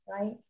right